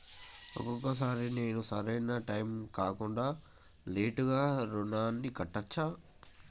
ఒక్కొక సారి నేను ఒక సరైనా టైంలో కాకుండా లేటుగా రుణాన్ని కట్టచ్చా?